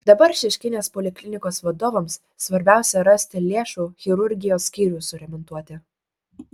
dabar šeškinės poliklinikos vadovams svarbiausia rasti lėšų chirurgijos skyrių suremontuoti